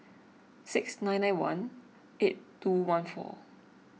six nine nine one eight two one four